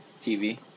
TV